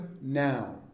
now